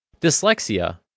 Dyslexia